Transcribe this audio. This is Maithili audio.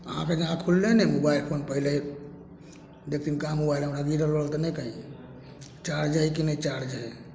अहाँके जेना खुललै ने मोबाइल फोन पहिले देखथिन कहाँ मोबाइल हइ हमरा गिरल उरल तऽ नहि कहीँ चार्ज हइ कि नहि चार्ज हइ